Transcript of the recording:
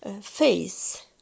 face